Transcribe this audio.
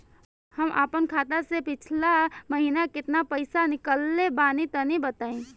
हम आपन खाता से पिछला महीना केतना पईसा निकलने बानि तनि बताईं?